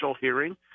hearing